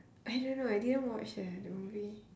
I don't know eh I didn't watch eh the movie